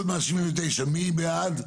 מי בעד?